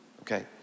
okay